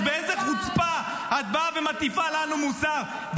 אז באיזו חוצפה את באה ומטיפה לנו מוסר?